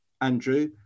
Andrew